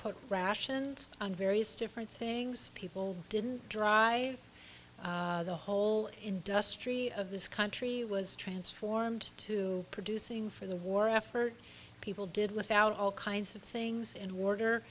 put rations on various different things people didn't dry the whole industrial of this country was transformed to producing for the war effort people did without all kinds of things in order